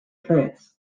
trance